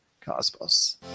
cosmos